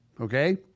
Okay